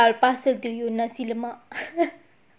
soon very possible I'll pass it to you nasi lemak